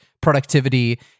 productivity